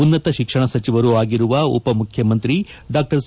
ಉನ್ನತ ಶಿಕ್ಷಣ ಸಚಿವರು ಆಗಿರುವ ಉಪಮುಖ್ಚಮಂತ್ರಿ ಡಾ ಸಿ